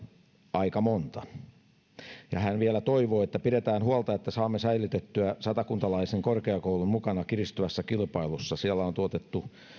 aika monta hän vielä toivoo pidetään huolta että saamme säilytettyä satakuntalaisen korkeakoulun mukana kiristyvässä kilpailussa siellä on tuotettu